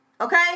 Okay